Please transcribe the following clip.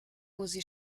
osi